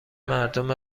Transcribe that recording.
مردم